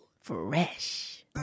fresh